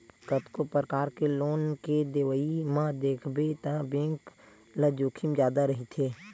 कतको परकार के लोन के देवई म देखबे त बेंक ल जोखिम जादा रहिथे